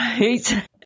Right